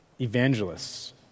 evangelists